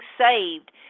saved